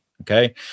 Okay